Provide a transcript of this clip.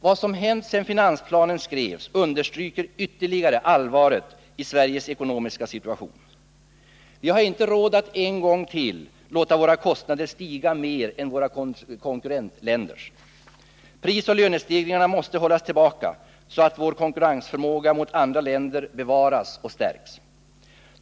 Vad som hänt sedan finansplanen skrevs understryker ytterligare allvaret i Sveriges ekonomiska situation. Vi har inte råd att en gång till låta våra kostnader stiga mer än våra konkurrentländers. Prisoch lönestegringarna måste hållas tillbaka, så att vår konkurrensförmåga i förhållande till andra länder bevaras och stärks.